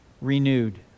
renewed